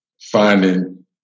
finding